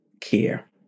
care